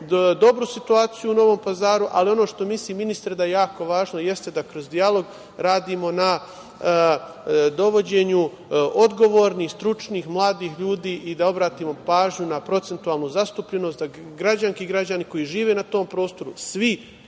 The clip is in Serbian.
dobru situaciju u Novom Pazaru, ali ono što mislim, ministre, da je jako važno, jeste da kroz dijalog radimo na dovođenju odgovornih, stručnih, mladih ljudi i da obratimo pažnju na procentualnu zastupljenost da građanki i građani koji žive na tom prostoru svi